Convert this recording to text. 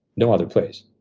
no other place.